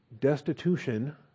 destitution